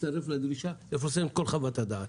להצטרף לדרישה לפרסם כל חוות הדעת.